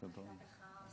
בוקר טוב לכולם,